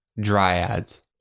dryads